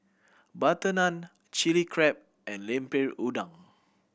butter naan Chilli Crab and Lemper Udang